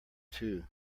too